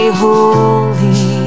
holy